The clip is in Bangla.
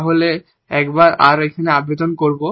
তাহলে এবং সুতরাং একবার আমরা এখানে আবেদন করবো